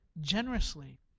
generously